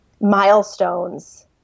milestones